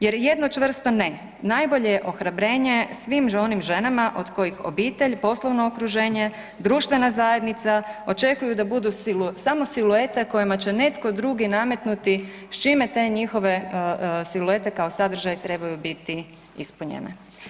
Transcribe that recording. Jer jedno čvrsto ne najbolje je ohrabrenje svim onim ženama od kojih obitelj, poslovno okruženje, društvena zajednica, očekuju da budu samo siluete kojima će netko drugi nametnuti s čime te njihove siluete kao sadržaj trebaju biti ispunjene.